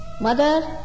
Mother